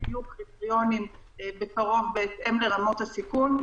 שיהיו קריטריונים בקרוב בהתאם לרמות הסיכון.